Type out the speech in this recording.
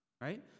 right